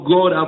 God